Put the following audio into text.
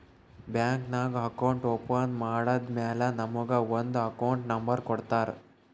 bank ನಾಗ್ account open ಮಾಡದ್ದ್ ಮ್ಯಾಲ ನಮುಗ ಒಂದ್ ಅಕೌಂಟ್ ನಂಬರ್ ಕೊಡ್ತಾರ್